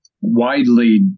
widely